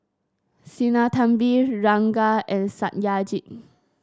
Sinnathamby Ranga and Satyajit